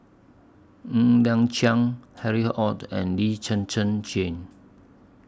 Ng Liang Chiang Harry ORD and Lee Zhen Zhen Jane